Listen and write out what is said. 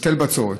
היטל בצורת,